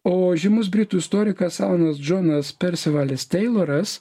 o žymus britų istorikas alanas džonas persivalis teiloras